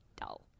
dull